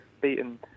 beaten